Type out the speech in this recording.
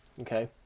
okay